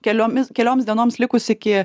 keliomis kelioms dienoms likus iki